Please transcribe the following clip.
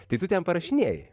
tai tu ten parašinėji